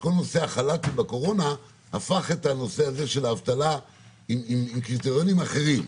שכל נושא החל"ת בקורונה הפך את הנושא של האבטלה עם קריטריונים אחרים.